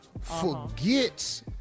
forgets